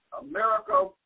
America